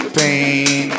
pain